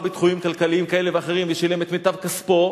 בתחומים כלכליים כאלה ואחרים ושילם את מיטב כספו,